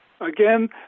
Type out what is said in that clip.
Again